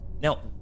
Now